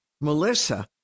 Melissa